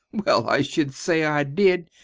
well, i should say i did!